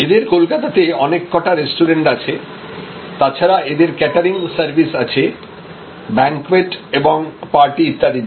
এদের কলকাতাতে অনেক কটা রেস্টুরেন্ট আছে তাছাড়া এদের ক্যাটারিং সার্ভিস আছে ব্যাংকুয়েট এবং পার্টি ইত্যাদির জন্য